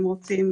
אם רוצים,